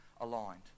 aligned